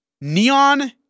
Neon